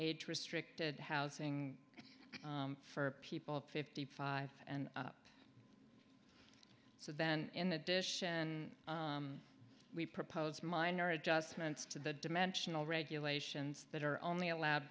a restricted housing for people fifty five and so then in addition we propose minor adjustments to the dimensional regulations that are only allowed